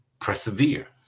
persevere